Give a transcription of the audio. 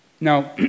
Now